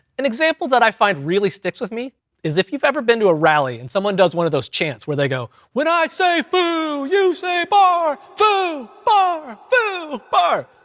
an example that i find really sticks with me is if you've ever been to a rally, and someone does one of those chants where they go, when i say food, you say bar, food bar, food bar,